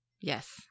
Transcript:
Yes